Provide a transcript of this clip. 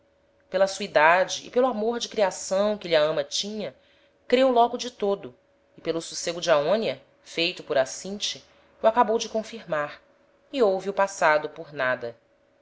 pela sua idade e pelo amor de creação que lhe a ama tinha creu logo de todo e pelo socego de aonia feito por acinte o acabou de confirmar e houve o passado por nada